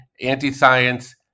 anti-science